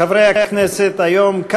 התשע-עשרה יום שלישי,